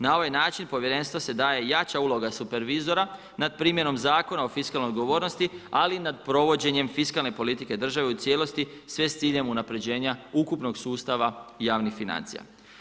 Na ovaj način povjerenstvu se daje jača uloga supervizora nad primjenom Zakona o fiskalnoj odgovornosti ali i nad provođenjem fiskalne politike države u cijelosti sve s ciljem unaprjeđenja ukupnog sustava javnih financija.